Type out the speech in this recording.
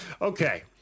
Okay